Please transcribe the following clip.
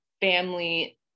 family